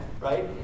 right